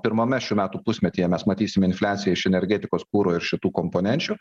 pirmame šių metų pusmetyje mes matysime infliaciją iš energetikos kuro ir šitų komponenčių